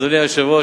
אדוני היושב-ראש,